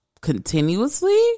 continuously